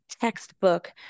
textbook